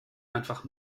einfach